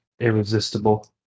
irresistible